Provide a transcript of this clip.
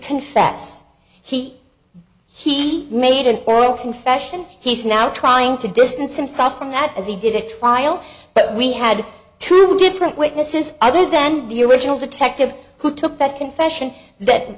confess he he made an oral confession he's now trying to distance himself from that as he didn't file but we had two different witnesses other than the original detective who took that confession that